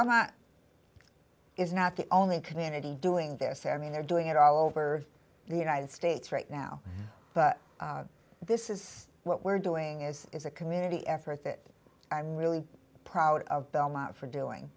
nt is not the only community doing this i mean they're doing it all over the united states right now but this is what we're doing is is a community effort that i'm really proud of belmont for doing